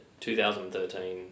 2013